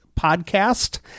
Podcast